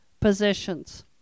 positions